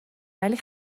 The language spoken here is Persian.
ولی